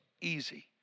easy